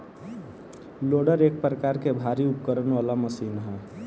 loader एक प्रकार के भारी उपकरण वाला मशीन ह